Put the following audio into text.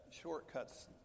shortcuts